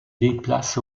déplace